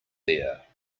there